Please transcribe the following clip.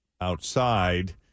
outside